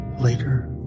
later